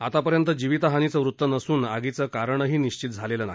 आतापर्यंत जिवितहानीचं वृत्त नसून आगीचं कारणही निशित झालेलं नाही